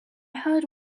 heard